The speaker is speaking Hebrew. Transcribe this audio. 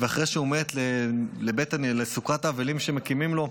ואחרי שהוא מת מגיעים כל הנכבדים לסוכת האבלים שמקימים לו.